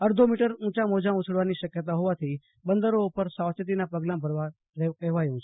અડધો મીટર ઉંચા મોજા ઉછળવાની શક્યતા હોવાથી બંદરો પર સાવચેતીના પગલા ભરવા કહેવાયું છે